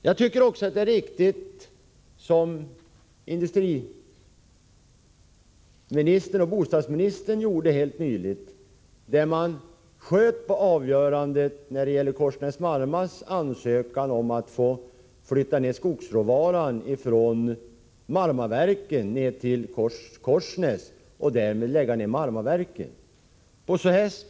Jag tycker att det var riktigt som industriministern och bostadsministern gjorde nyligen, när man sköt på avgörandet när det gäller Korsnäs-Marmas ansökan om att få flytta ned skogsråvaran från Marmaverken till Korsnäs och därmed lägga ner Marmaverken.